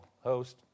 host